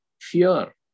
fear